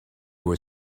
were